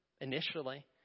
initially